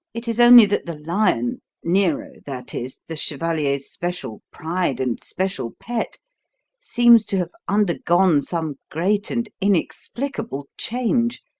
it is only that the lion nero, that is, the chevalier's special pride and special pet seems to have undergone some great and inexplicable change,